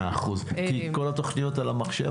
כי כל התוכניות על המחשב.